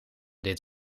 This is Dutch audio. dit